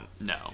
no